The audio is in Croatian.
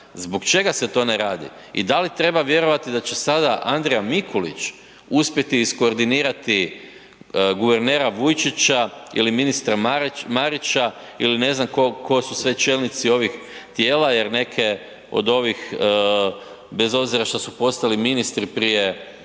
Zbog čega se to ne radi? I da li treba vjerovati da će sada Andrija Mikulić uspjeti izkoordinirati guvernera Vujčića ili ministra Marića ili ne znam tko su sve čelnici ovih tijela jer neke od ovih, bez obzira što su postali ministri prije